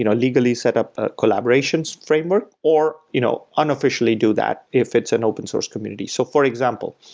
you know legally setup collaborations framework or you know unofficially do that if it's an open source community. so for example,